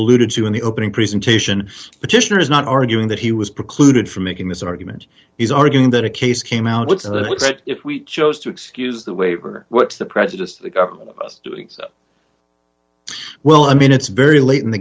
alluded to in the opening presentation petitioner is not arguing that he was precluded from making this argument is arguing that a case came out that if we chose to excuse the waiver what's the prejudiced doing well i mean it's very late in the